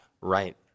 Right